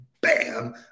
bam